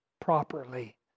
properly